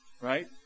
Right